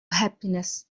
happiness